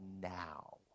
now